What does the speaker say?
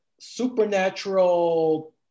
supernatural